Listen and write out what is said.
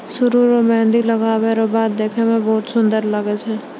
सरु रो मेंहदी लगबै रो बाद देखै मे बहुत सुन्दर लागै छै